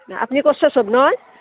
আপুনি ক'ষ্ট চব নহয়